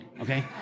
okay